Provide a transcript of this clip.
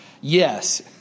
Yes